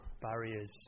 barriers